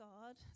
God